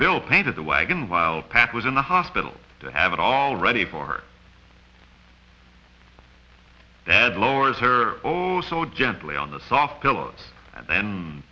bill painted the wagon while pat was in the hospital to have it all ready for bed lowers her oh so gently on the soft pillows and